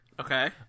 Okay